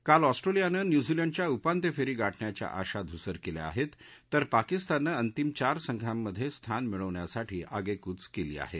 काल अॅस्ट्रेशियानं न्युझीलंडच्या उपांत्य फरी गाठण्याच्या आशा धूसर कल्या आहव्य तर पाकिस्ताननं अंतिम चार संघांमध स्थान मिळवण्यासाठी आगरूप कली आहा